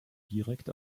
direkt